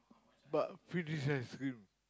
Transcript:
but free this ice cream